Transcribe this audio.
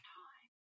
time